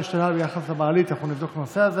יש בעיה במעלית, אנחנו נבדוק את הנושא הזה.